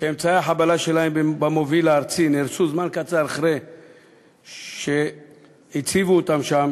שאמצעי החבלה שלהם במוביל הארצי נהרסו זמן קצר אחרי שהציבו אותם שם,